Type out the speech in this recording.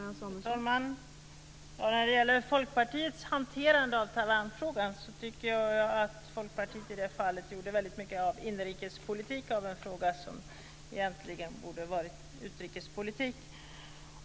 Fru talman! När det gäller Taiwanfrågan tycker jag att Folkpartiet gjorde väldigt mycket inrikespolitik av en fråga som egentligen borde ha varit utrikespolitik.